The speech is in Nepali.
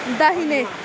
दाहिने